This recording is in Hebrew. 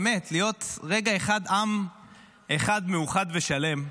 באמת להיות רגע אחד עם אחד מאוחד ושלם.